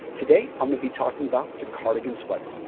today, i'm going to be talking about the cardigan sweater.